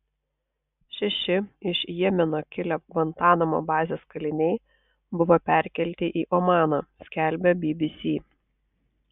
šeši iš jemeno kilę gvantanamo bazės kaliniai buvo perkelti į omaną skelbia bbc